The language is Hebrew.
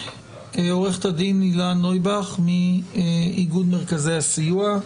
ועו"ד הילה נויבך מנהלת התחום המשפטי מאיגוד מרכזי הסיוע.